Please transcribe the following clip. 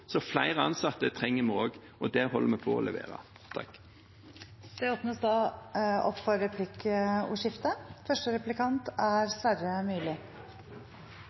så flere ansatte trenger vi også, og det holder vi på å levere på. Det blir replikkordskifte. Samferdselsministeren prater om bedre organisering. Jeg er